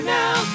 now